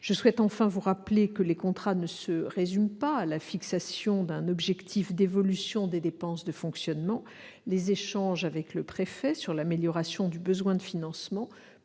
Je souhaite enfin vous rappeler que les contrats ne se résument pas à la fixation d'un objectif d'évolution des dépenses de fonctionnement. Les échanges avec le préfet sur l'amélioration du besoin de financement